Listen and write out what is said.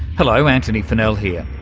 hello, antony funnell here.